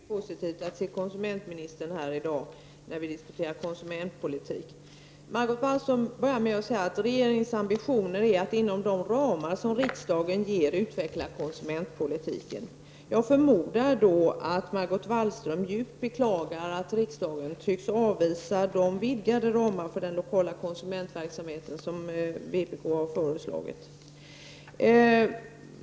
Herr talman! Även jag sällar mig till skaran som finner det mycket positivt att se konsumentministern här i dag när vi diskuterar konsumentpolitik. Margot Wallström började med att säga att regeringens ambition är att inom de ramar som riksdagen fastställer utveckla konsumentpolitiken. Jag förmodar då att hon djupt beklagar att riksdagen tycks avvisa de vidgade ramar för den lokala konsumentverksamheten som vpk har föreslagit.